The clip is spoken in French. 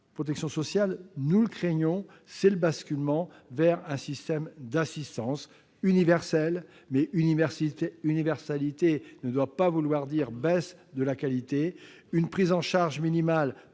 protection sociale, nous le craignons, consiste en un basculement vers un système d'assistance universelle. Mais universalité ne doit pas vouloir dire baisse de la qualité : une prise en charge minimale